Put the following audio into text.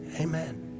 Amen